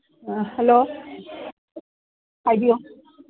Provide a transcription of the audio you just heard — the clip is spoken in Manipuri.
ꯑꯥ ꯍꯂꯣ ꯍꯥꯏꯕꯤꯌꯨ